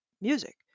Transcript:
music